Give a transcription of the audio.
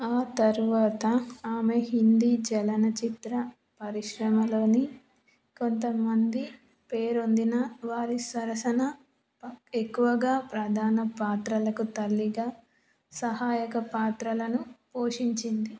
ఆ తరువాత ఆమె హిందీ చలనచిత్ర పరిశ్రమలోని కొంత మంది పేరొందిన వారి సరసన ఎక్కువగా ప్రధాన పాత్రలకు తల్లిగా సహాయక పాత్రలను పోషించింది